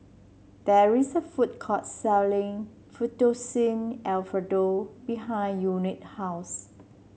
there is a food court selling Fettuccine Alfredo behind Unique house